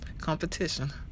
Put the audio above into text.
competition